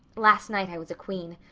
last night i was a queen.